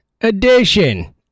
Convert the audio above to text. edition